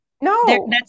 No